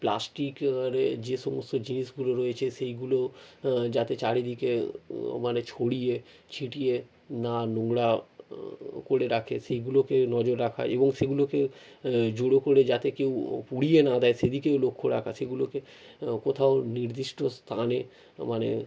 plastic আর এ যে সমস্ত জিনিসগুলো রয়েছে সেইগুলো যাতে চারিদিকে ও মানে ছড়িয়ে ছিটিয়ে না নোংরা করে রাখে সেইগুলোকেও নজর রাখা এবং সেইগুলোকে জোরও করে যাতে কেউ পুড়িয়ে না দেয়ে সে দিকেও লক্ষ্য রাখা সেগুলোকে কোথাও নির্দিষ্ট স্তানে মানে